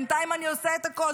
בינתיים אני עושה את הכול.